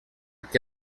que